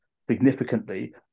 significantly